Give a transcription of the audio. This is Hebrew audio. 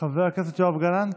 חבר הכנסת יואב גלנט,